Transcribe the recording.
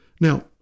Now